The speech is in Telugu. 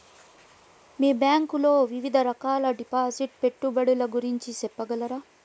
మీ బ్యాంకు లో వివిధ రకాల డిపాసిట్స్, పెట్టుబడుల గురించి సెప్పగలరా?